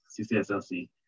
CCSLC